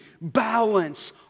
balance